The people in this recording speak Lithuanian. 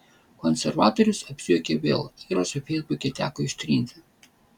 konservatorius apsijuokė vėl įrašą feisbuke teko ištrinti